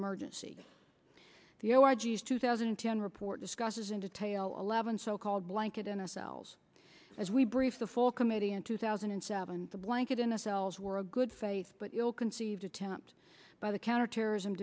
emergency the orgy's two thousand and ten report discusses in detail eleven so called blanket in ourselves as we brief the full committee in two thousand and seven the blanket in a cells were a good faith but ill conceived attempt by the counterterrorism